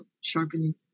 sharpening